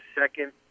second